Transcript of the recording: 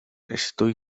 estoy